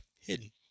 hidden